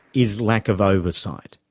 is lack of oversight.